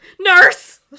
Nurse